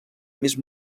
més